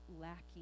lacking